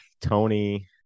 Tony